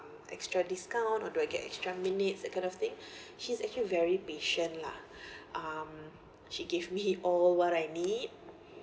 extra discount or do I get extra minutes that kind of thing she's actually a very patient lah um she gave me all what I need